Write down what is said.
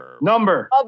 Number